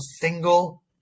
single